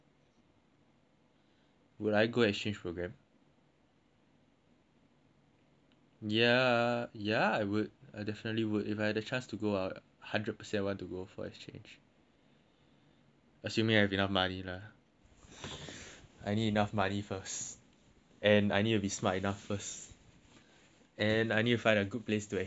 would I go exchange program ya ya I would I definitely would if I had a chance to go out hundred percent want to go for exchange assuming I have enough money lah I need enough money first and I need to be smart enough first and I need to find a good place to exchange